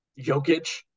Jokic